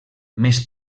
més